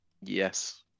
Yes